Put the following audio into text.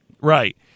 right